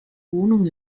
wohnung